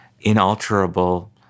inalterable